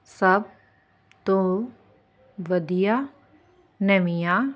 ਸਭ ਤੋਂ ਵਧੀਆ ਨਵੀਆਂ